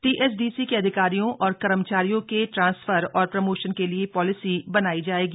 THDC के अधिकारियों और कर्मचारियों के ट्रांसफर और प्रमोशन के लिए पॉलिसी बनाई जाएगी